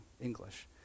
English